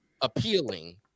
appealing